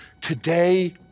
today